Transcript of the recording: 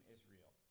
Israel